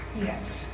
Yes